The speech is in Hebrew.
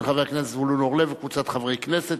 של חבר הכנסת זבולון אורלב וקבוצת חברי הכנסת.